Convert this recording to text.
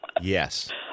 yes